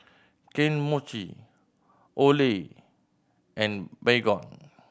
Kane Mochi Olay and Baygon